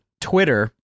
Twitter